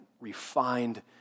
refined